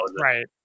right